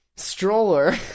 Stroller